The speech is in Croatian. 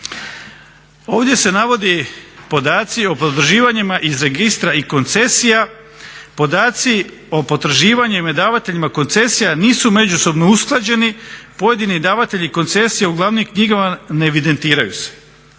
Ovdje se navodi podaci o potraživanjima iz registra i koncesija, podaci o potraživanjima i davateljima koncesija nisu međusobno usklađeni. Pojedini davatelji koncesija u glavnim knjigama ne evidentiraju se.